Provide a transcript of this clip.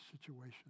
situation